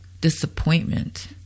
disappointment